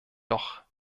doch